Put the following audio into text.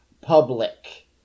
public